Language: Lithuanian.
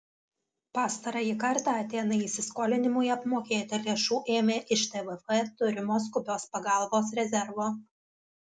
pastarąjį kartą atėnai įsiskolinimui apmokėti lėšų ėmė iš tvf turimo skubios pagalbos rezervo